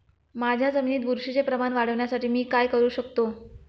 माझ्या जमिनीत बुरशीचे प्रमाण वाढवण्यासाठी मी काय करू शकतो?